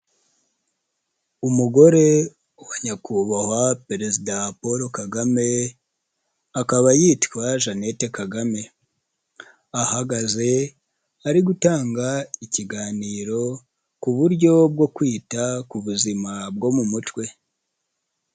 Umugore wa nyakubahwa perezida Paul Kagame, akaba yitwa Jeannette Kagame. Ahagaze, ari gutanga ikiganiro ku buryo bwo kwita ku buzima bwo mu mutwe.